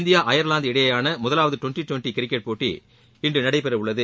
India Ireland இடையேயான முதலாவது twenty twenty cricket போட்டி இன்று நடைபெறவுள்ளது